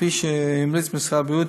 כפי שהמליץ משרד הבריאות,